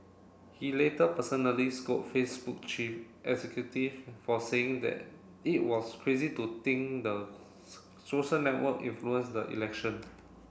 he later personally scold Facebook chief executive for saying that it was crazy to think the social network influenced the election